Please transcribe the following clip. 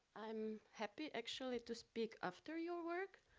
i'm happy actually to speak after your work,